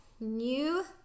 new